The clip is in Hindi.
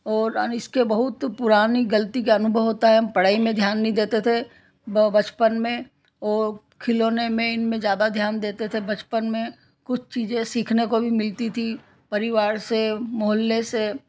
और इसके बहुत गलती का अनुभव होता है हम पढ़ाई में ध्यान नहीं देते थे बचपन में और खिलौने में इनमें ज़्यादा ध्यान देते थे बचपन में कुछ चीज़ें सीखने को भी मिलती थीं परिवार से मोहल्ले से